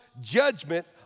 judgment